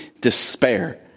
despair